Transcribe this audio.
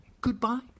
goodbye